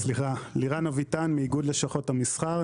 סליחה, אני מאיגוד לשכות המסחר.